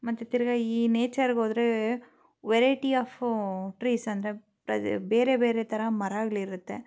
ಮತ್ತು ತಿರ್ಗಿ ಈ ನೇಚರ್ಗೋದರೆ ವೆರೈಟಿ ಆಫು ಟ್ರೀಸ್ ಅಂದರೆ ಪ್ರದ್ ಬೇರೆ ಬೇರೆ ತರಹ ಮರಗ್ಳು ಇರುತ್ತೆ